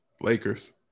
Lakers